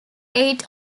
eight